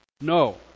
no